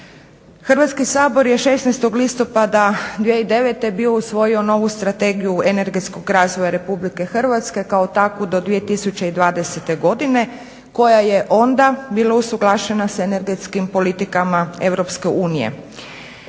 Hrvatski sabor je 16. listopada 2009. bio usvojio novu Strategiju energetskog razvoja Republike Hrvatske, kao takvu do 2020. godine koja je onda bila usuglašena s energetskim politikama